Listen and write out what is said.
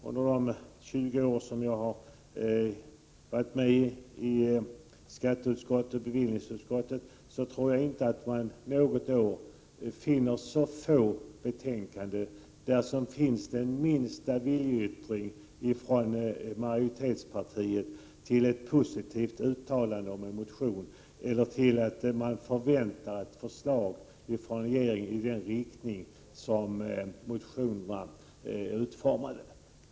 Under de 20 år som jag har varit med i bevillningsutskott och skatteutskott tror jag inte att det något år har funnits så få betänkanden med en viljeyttring från majoritetspartiet om ett positivt uttalande om en motion eller med ett uttalande om att man förväntar sig ett förslag från regeringen i den rikting som motionen anger.